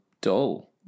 dull